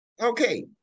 Okay